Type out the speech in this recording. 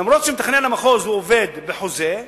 אף-על-פי שמתכנן המחוז עובד בחוזה,